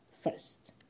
first